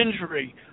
injury